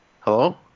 hello